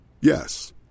Yes